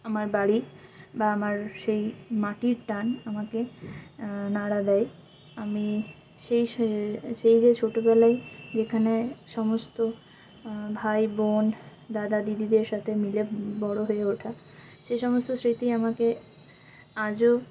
আমার বাড়ি বা আমার সেই মাটির টান আমাকে নাড়া দেয় আমি সেই সে সেই যে ছোটোবেলায় যেখানে সমস্ত ভাই বোন দাদা দিদিদের সাতে মিলে বড়ো হয়ে ওঠা সেই সমস্ত স্মৃতি আমাকে আজও